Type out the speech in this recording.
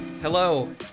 Hello